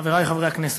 חברי חברי הכנסת,